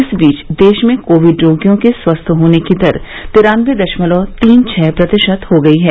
इस बीच देश में कोविड रोगियों के स्वस्थ होने की दर तिरान्नबे दशमलव तीन छह प्रतिशत हो गई है